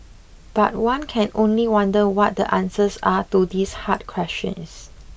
but one can only wonder what the answers are to these hard questions